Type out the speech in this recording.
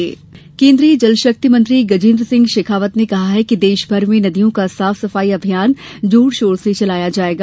नदी सफाई केन्द्रीय जल शक्ति मंत्री गजेन्द्र सिंह शेखावत ने कहा है कि देशभर में नदियों का साफ सफाई अभियान जोरशोर से चलाया जायेगा